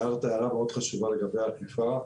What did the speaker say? הערת הערה מאוד חשובה לגבי האכיפה.